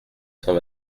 cent